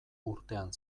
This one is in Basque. urtean